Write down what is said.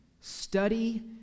study